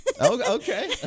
Okay